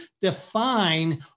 define